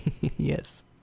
Yes